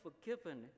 forgiven